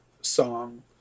song